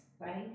right